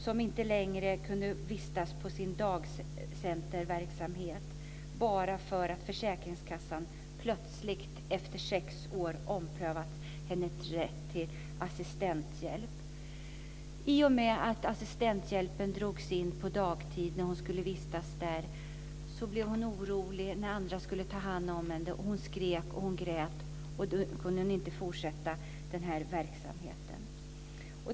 Hon kunde inte längre vistas på sin dagcenterverksamhet bara för att försäkringskassan plötsligt, efter sex år, omprövat hennes rätt till assistenthjälp. I och med att assistenthjälpen drogs in på dagtid och andra skulle ta hand om henne på dagcentret blev hon orolig, skrek och grät och kunde inte fortsätta i verksamheten.